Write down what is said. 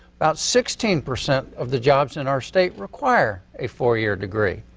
about sixteen percent of the jobs in our state require a four year degree.